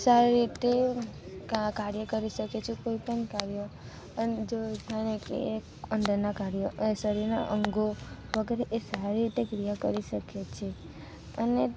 સારી રીતે કાર્ય કરી શકે છે કોઈપણ કાર્ય અને જો જાણે કે એક અંદરનાં કાર્ય અને શરીરનાં અંગો વગેરે એ સારી રીતે ક્રિયા કરી શકે છે અને